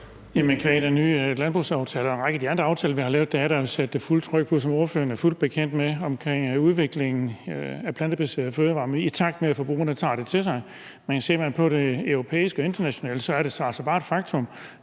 qua den nye landbrugsaftale og en række af de andre aftaler, vi har lavet, er der jo sat fuldt tryk på, som ordføreren er fuldt bekendt med, udviklingen af plantebaserede fødevarer, i takt med at forbrugerne tager det til sig. Men ser man på det europæisk og internationalt, er det altså bare et faktum,